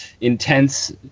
intense